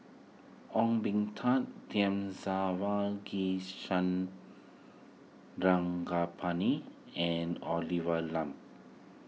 Ong Tat Thamizhavel G Sarangapani and Olivia Lum